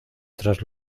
tras